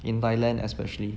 in thailand especially